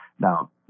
Now